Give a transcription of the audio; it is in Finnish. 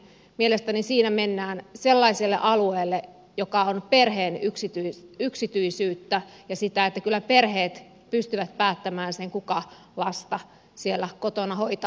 mielestäni siinä mennään sellaiselle alueelle joka on perheen yksityisyyttä ja kyllä perheet pystyvät päättämään kuka lasta siellä kotona hoitaa